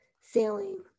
sailing